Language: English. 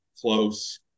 close